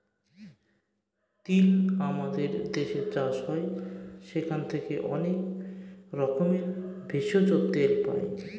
তিল আমাদের দেশে চাষ হয় সেখান থেকে অনেক রকমের ভেষজ, তেল পাই